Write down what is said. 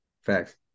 facts